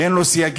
אין לו סייגים,